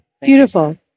Beautiful